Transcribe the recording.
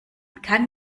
kann